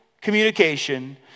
communication